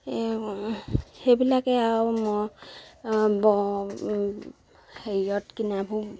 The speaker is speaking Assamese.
সেইবিলাকে আৰু মই হেৰিয়ত কিনাবোৰ